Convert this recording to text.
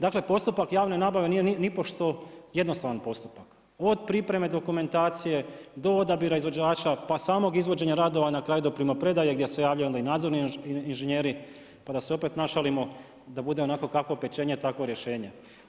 Dakle, postupak javne nabave nije nipošto jednostavan postupak, od pripreme dokumentacije do odabira izvođača pa samog izvođenja radova, na kraju do primopredaje gdje se javljaju onda i nadzorni inženjeri, pa da se opet našalimo, pa bude onako kako pečenje, takvo rješenje.